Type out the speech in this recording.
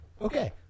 Okay